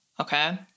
okay